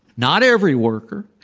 not every worker.